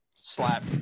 Slap